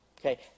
Okay